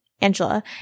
Angela